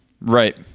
right